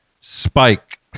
spike